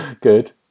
Good